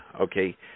Okay